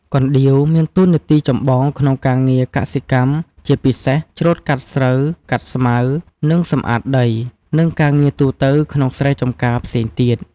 កណ្ដៀវមានតួនាទីចម្បងក្នុងការងារកសិកម្ម ជាពិសេស ច្រូតកាត់ស្រូវ កាត់ស្មៅ និងសម្អាតដី និងការងារទូទៅក្នុងស្រែចំការផ្សេងទៀត។